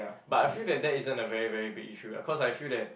but I feel that that isn't a very very big issue ah cause I feel that